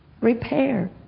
Repair